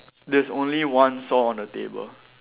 there's only one saw on the table